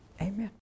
Amen